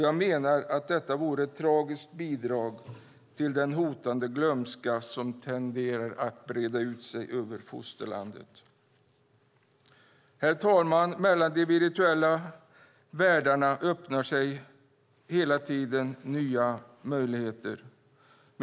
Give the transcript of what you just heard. Jag menar att detta vore ett tragiskt bidrag till den hotande glömska som tenderar att breda ut sig över fosterlandet. Herr talman! Mellan de virtuella världarna öppnar sig hela tiden nya möjligheter.